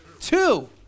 Two